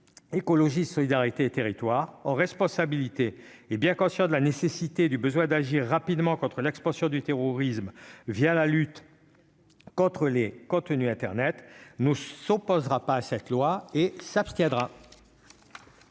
écologie solidarité et territoires en responsabilité, hé bien conscient de la nécessité du besoin d'agir rapidement contre l'expansion du terrorisme via la lutte contre les contenus Internet ne s'opposera pas à cette loi et s'abstiendra.